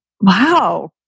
Wow